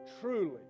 truly